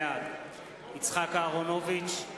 בעד יצחק אהרונוביץ,